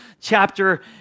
chapter